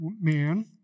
man